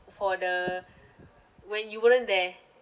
for the when you weren't there